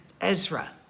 Ezra